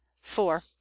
four